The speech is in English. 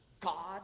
God